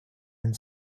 and